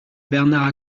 bernard